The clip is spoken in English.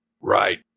Right